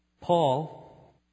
Paul